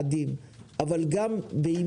גם על עמידה ביעדים,